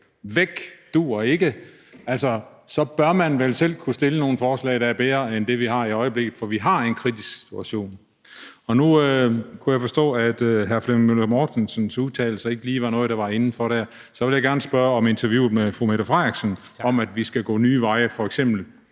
Væk! Dur ikke! Så bør man vel kunne stille nogle forslag til noget, der er bedre end det, vi har i øjeblikket, for vi står i en kritisk situation. Nu kunne jeg forstå, at hr. Flemming Møller Mortensens udtalelser ikke lige var noget, der var inden for rammen, men så vil jeg spørge om interviewet med statsministeren, hvor hun siger, at vi skal gå nye veje, f.eks.